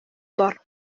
бар